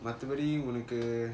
மத்த படி உன்னக்கு:matha padi unnaku